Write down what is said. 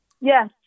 Yes